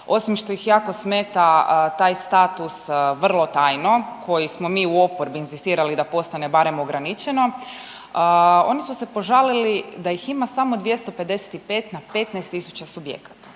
osim što ih jako smeta taj status vrlo tajno koji smo mi u oporbi inzistirali da postane barem ograničeno, oni su se požalili da ih ima samo 255 na 15.000 subjekata.